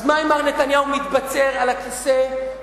אז מה אם מר נתניהו מתבצר על הכיסא ואיבד